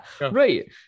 Right